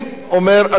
אדוני היושב-ראש,